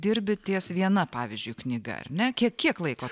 dirbi ties viena pavyzdžiui knyga ar ne kie kiek laiko